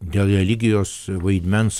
dėl religijos vaidmens